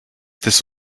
this